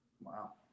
Wow